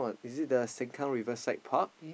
is it the Sengkang riverside park